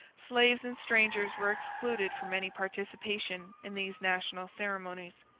slaves and strangers were excluded from any participation in these national ceremonies.